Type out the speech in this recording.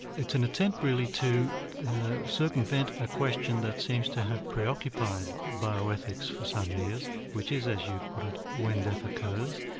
it's an attempt really to circumvent a question that seems to have preoccupied bioethics for some years, which is, as you put it, when death occurs,